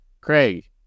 Craig